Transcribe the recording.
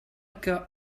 que